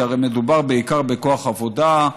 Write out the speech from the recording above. כי מדובר בעיקר בכוח עבודה,